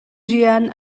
rian